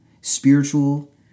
spiritual